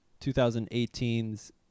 2018's